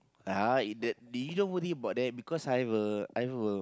ah if that you don't worry about that because I've a I've a